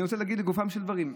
אני רוצה להגיד לגופם של דברים,